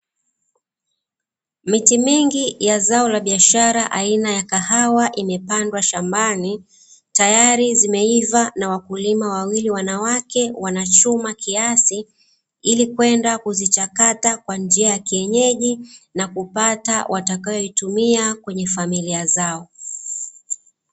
Miti mingi ya zao la biashara aina ya kahawa imepandwa shambani tayari zimeiva na wakulima wawili wanawake wanachuma kiasi ili kwenda kuzichakata kwa njia ya kienyeji na kupata watayo itumia kwenye familia zao.